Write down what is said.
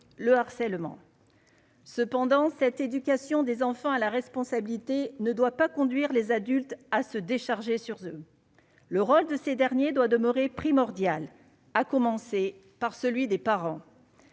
le harcèlement cependant cette éducation des enfants à la responsabilité ne doit pas conduire les adultes à se décharger sur le rôle de ces derniers doit demeurer primordiale, à commencer par celui des parents,